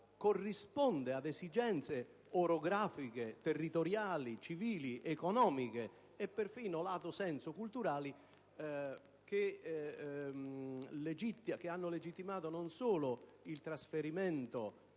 corrisponde ad esigenze orografiche, territoriali, civili, economiche e perfino, *lato sensu*, culturali, che hanno legittimato non solo il trasferimento